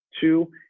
two